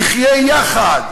נחיה יחד,